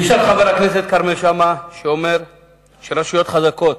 גישת חבר הכנסת כרמל שאמה היא שרשויות חזקות,